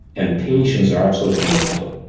and patience are absolutely fundamental.